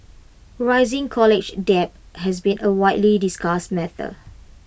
rising college debt has been A widely discussed matter